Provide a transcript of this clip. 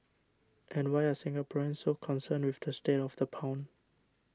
and why are Singaporeans so concerned with the state of the pound